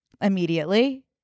immediately